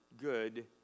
good